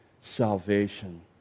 salvation